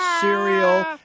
cereal